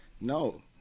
No